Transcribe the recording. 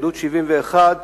גדוד 71,